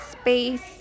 space